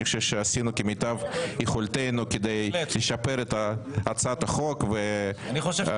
אני חושב שעשינו כמיטב יכולתנו כדי לשפר את הצעת החוק ובדיוק